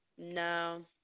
No